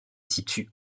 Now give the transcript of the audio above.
situe